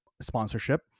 sponsorship